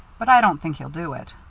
but i don't think he'll do it.